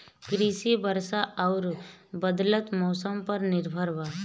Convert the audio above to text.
कृषि वर्षा आउर बदलत मौसम पर निर्भर बा